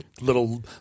little